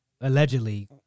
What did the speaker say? allegedly